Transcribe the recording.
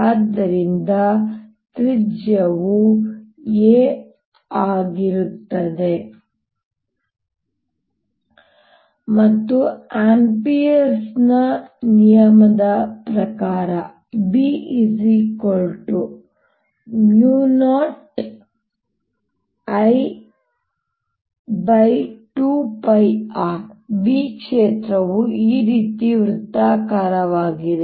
ಆದ್ದರಿಂದ ಈ ತ್ರಿಜ್ಯವು a ಆಗಿರುತ್ತದೆ ಮತ್ತು ಆಂಪಿಯರ್ನAmpere's ನಿಯಮದ ಪ್ರಕಾರ B0I2πr B ಕ್ಷೇತ್ರವು ಈ ರೀತಿ ವೃತ್ತಾಕಾರವಾಗಿದೆ